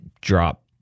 drop